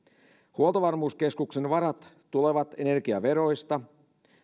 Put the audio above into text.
huoltovarmuuskeskuksen varat tulevat energiaveroista